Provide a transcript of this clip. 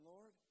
Lord